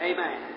Amen